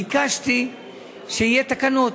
ביקשתי שיהיו תקנות,